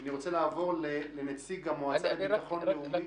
אני רוצה לעבור לנציג המטה לביטחון לאומי.